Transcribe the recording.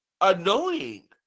annoying